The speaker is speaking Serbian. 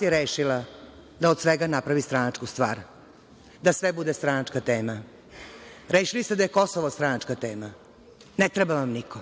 je rešila da od svega napravi stranačku stvar, da sve bude stranačka tema. Rešili ste da je Kosovo stranačka tema, ne treba vam niko.